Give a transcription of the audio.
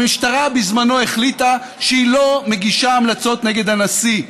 המשטרה בזמנו החליטה שהיא לא מגישה המלצות נגד הנשיא.